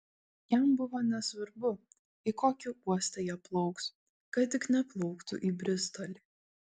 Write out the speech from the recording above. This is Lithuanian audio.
jam buvo nesvarbu į kokį uostą jie plauks kad tik neplauktų į bristolį